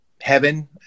heaven